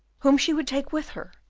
whom she would take with her,